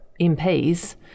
MPs